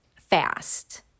fast